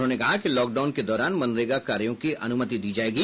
उन्होंने कहा कि लॉकडाउन के दौरान मनरेगा कार्यों की अनुमति दी जाएगी